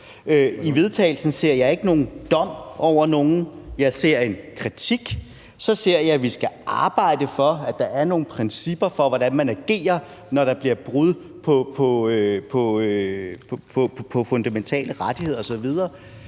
vedtagelse ser jeg ikke nogen dom over nogen, jeg ser en kritik, og så ser jeg, at vi skal arbejde for, at der er nogle principper for, hvordan man agerer, når der sker brud på fundamentale rettigheder osv.